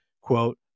quote